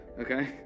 Okay